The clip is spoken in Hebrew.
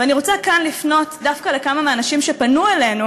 ואני רוצה כאן לפנות דווקא לכמה מהאנשים שפנו אלינו